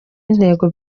intego